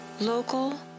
local